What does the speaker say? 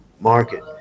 market